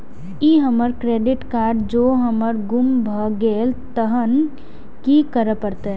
ई हमर credit card जौं हमर गुम भ गेल तहन की करे परतै?